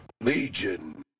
Legion